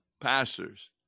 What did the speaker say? pastors